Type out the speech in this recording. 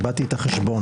איבדתי את החשבון,